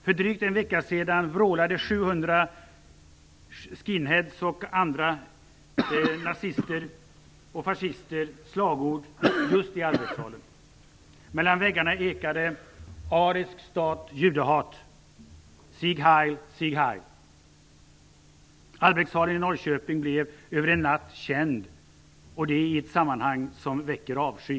För drygt en vecka sedan vrålade 700 skinheads och andra nazister och fascister slagord just i Albrektssalen. Mellan väggarna ekade "arisk stat - Norrköping blev över en natt känd, och det i ett sammanhang som väcker avsky.